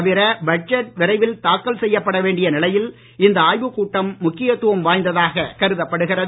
தவிர பட்ஜெட் விரைவில் தாக்கல் செய்யப்பட வேண்டிய நிலையில் இந்த ஆய்வுக்கூட்டம் முக்கியத்துவம் வாய்ந்ததாக கருதப்படுகிறது